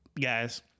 guys